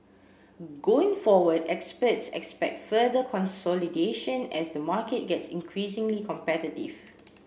going forward experts expect further consolidation as the market gets increasingly competitive